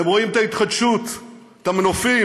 הם רואים את ההתחדשות, את המנופים,